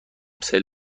تنها